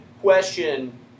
question